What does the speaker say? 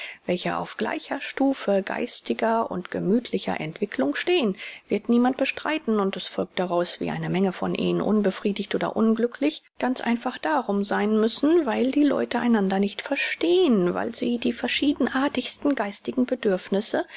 welche auf gleicher stufe geistiger und gemüthlicher entwicklung stehen wird niemand bestreiten und es folgt daraus wie eine menge von ehen unbefriedigt oder unglücklich ganz einfach darum sein müssen weil die leute einander nicht verstehen weil sie die verschiedenartigsten geistigen bedürfnisse